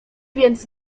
więc